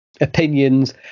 opinions